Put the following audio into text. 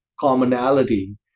commonality